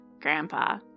Grandpa